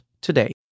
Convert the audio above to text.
today